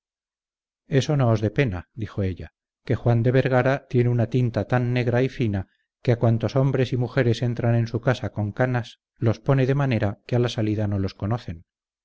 eso no os dé pena dijo ella que juan de vergara tiene una tinta tan negra y fina que a cuantos hombres y mujeres entran en su casa con canas los pone de manera que a la salida no los conocen